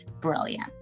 brilliant